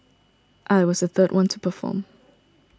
I was the third one to perform